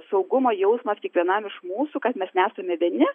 saugumo jausmas kiekvienam iš mūsų kad mes nesame vieni